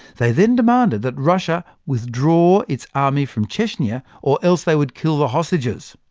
they then demanded that russia withdraw its army from chechnya, or else they would kill the hostages.